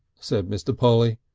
said mr. polly.